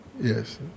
Yes